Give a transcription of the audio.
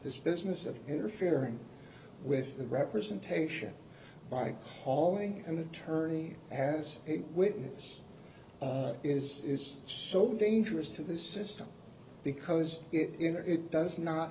this business of interfering with the representation by hauling an attorney as a witness is just so dangerous to the system because it does not